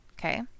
Okay